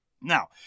Now